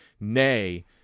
Nay